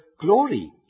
glory